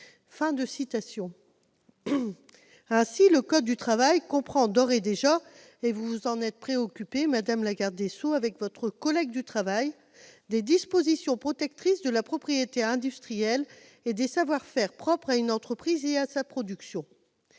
par l'employeur. » Le code du travail comprend donc d'ores et déjà- vous vous en êtes préoccupée, madame la garde des sceaux, avec votre collègue la ministre du travail -des dispositions protectrices de la propriété industrielle et des savoir-faire propres à une entreprise et à sa production.